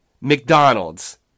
McDonald's